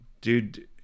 dude